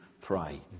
pray